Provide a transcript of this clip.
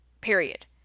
period